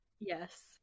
Yes